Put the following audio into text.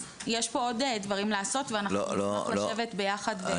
יש פה עוד דברים לעשות, ואנחנו נשמח לשבת ביחד.